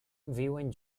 viuen